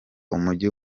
umujyi